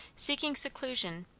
seeking seclusion,